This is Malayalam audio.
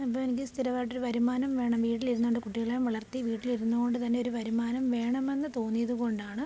അപ്പോള് എനിക്ക് സ്ഥിരമായിട്ട് ഒരു വരുമാനം വേണം വീട്ടിലിരുന്നോണ്ട് കുട്ടികളെയും വളർത്തി വീട്ടിലിരുന്നുകൊണ്ട് തന്നെ ഒരു വരുമാനം വേണമെന്ന് തോന്നിയതുകൊണ്ടാണ്